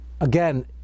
Again